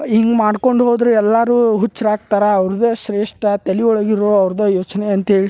ಹಿಂಗೆ ಮಾಡ್ಕೊಂಡು ಹೋದರೆ ಎಲ್ಲರೂ ಹುಚ್ರು ಆಗ್ತಾರೆ ಅವ್ರ್ದೆ ಶ್ರೇಷ್ಠ ತಳಿಯೊಳಗಿರೋ ಅವ್ರ್ದ ಯೋಚನೆ ಅಂತ್ಹೇಳಿ